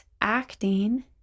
acting